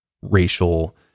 racial